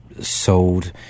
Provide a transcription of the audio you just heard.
sold